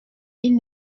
ils